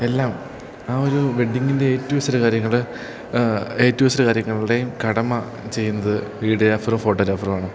എല്ലാം ആ ഒരു വെഡ്ഡിങ്ങിൻ്റെ ഏ റ്റൂ ഇസെഡ് കാര്യങ്ങൾ ഏ റ്റൂ ഇസെഡ് കാര്യങ്ങളുടെയും കടമ ചെയ്യുന്നത് വീഡിയോഗ്രാഫറും ഫോട്ടോഗ്രാഫറുമാണ്